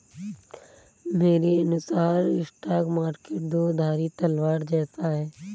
मेरे अनुसार stock market दो धारी तलवार जैसा है